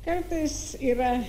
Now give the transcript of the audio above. kartais yra